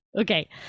Okay